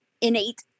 innate